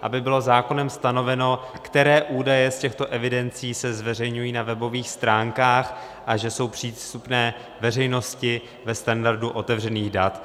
Aby bylo zákonem stanoveno, které údaje z těchto evidencí se zveřejňují na webových stránkách, a že jsou přístupné veřejnosti ve standardu otevřených dat.